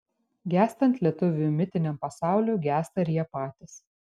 gęstant lietuvių mitiniam pasauliui gęsta ir jie patys